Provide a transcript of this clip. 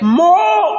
more